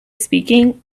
speaking